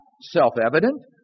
self-evident